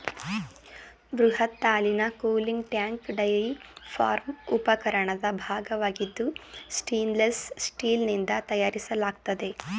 ಬೃಹತ್ ಹಾಲಿನ cooling tank dairy farm ಉಪಕರಣದ ಭಾಗವಾಗಿದ್ದು ಸ್ಟೇನ್ಲೆಸ್ ಸ್ಟೀಲ್ನಿಂದ ತಯಾರಿಸಲಾಗ್ತದೆ